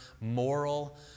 moral